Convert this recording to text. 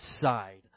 side